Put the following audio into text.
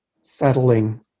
settling